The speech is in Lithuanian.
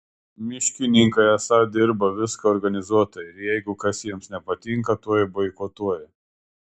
miškininkai esą dirba viską organizuotai ir jeigu kas jiems nepatinka tuoj boikotuoja